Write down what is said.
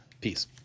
Peace